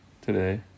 today